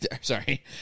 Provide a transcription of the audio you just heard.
Sorry